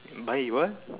buy what